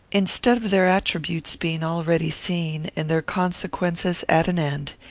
instead of their attributes being already seen, and their consequences at an end,